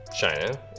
China